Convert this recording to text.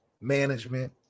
management